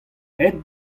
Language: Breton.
aet